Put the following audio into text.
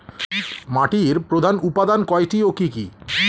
মাটির প্রধান উপাদান কয়টি ও কি কি?